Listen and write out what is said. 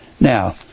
now